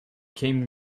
came